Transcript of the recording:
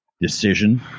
decision